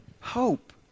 Hope